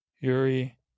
Yuri